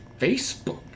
Facebook